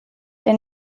der